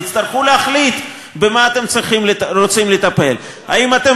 תצטרכו להחליט במה אתם רוצים לטפל: האם אתם